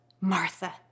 Martha